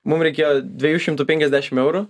mum reikėjo dviejų šimtų penkiasdešim eurų